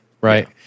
Right